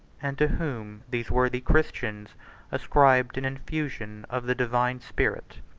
and to whom these worthy christians ascribed an infusion of the divine spirit.